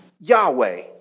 Yahweh